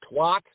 twat